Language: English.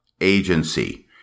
agency